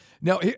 Now